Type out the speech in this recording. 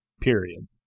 period